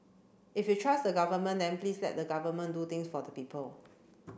if you trust the government then please let the government do things for the people